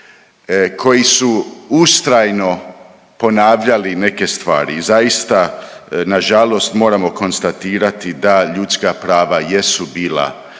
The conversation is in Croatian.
koji su ustrajno ponavljali neke stvari. I zaista na žalost moramo konstatirati da ljudska prava jesu bila